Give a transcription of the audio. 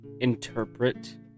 interpret